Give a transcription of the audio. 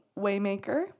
Waymaker